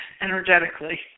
energetically